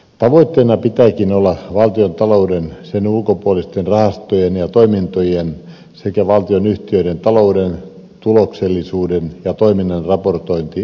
tavoitteena pitääkin olla valtiontalouden sen ulkopuolisten rahastojen ja toimintojen sekä valtionyhtiöiden talouden tuloksellisuuden ja toiminnan raportointi eduskunnalle